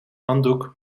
handdoek